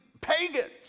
pagans